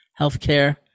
healthcare